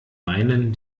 meinen